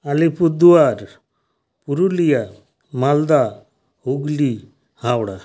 Alipurduar Purulia Malda Hooghly Howrah